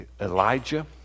Elijah